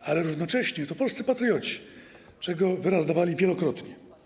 ale równocześnie to polscy patrioci, czego wyraz dawali wielokrotnie.